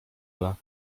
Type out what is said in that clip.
ala